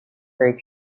fur